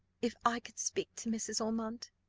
if i could speak to mrs. ormond